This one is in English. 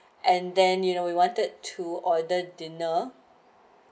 and then you know you wanted to order dinner